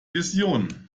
visionen